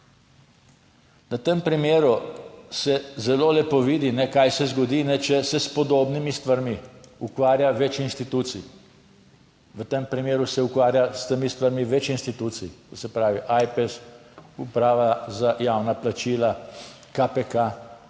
Na tem primeru se zelo lepo vidi, kaj se zgodi, če se s podobnimi stvarmi ukvarja več institucij, v tem primeru se ukvarja s temi stvarmi več institucij, to se pravi Ajpes, Uprava za javna plačila, KPK